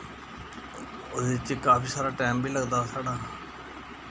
ओह्दे च काफी सारा टैम बी लगदा हा साढ़ा